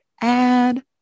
add